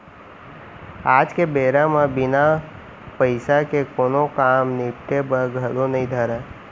आज के बेरा म बिना पइसा के कोनों काम निपटे बर घलौ नइ धरय